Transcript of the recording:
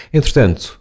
Entretanto